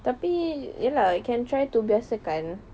tetapi ya lah I can try to biasakan